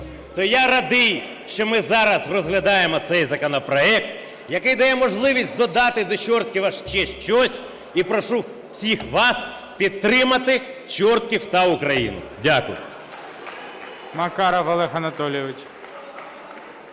То я радий, що ми зараз розглядаємо цей законопроект, який дає можливість додати до Чорткова ще щось і прошу всіх вас підтримати Чортків та Україну. Дякую.